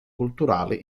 culturali